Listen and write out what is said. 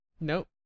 Nope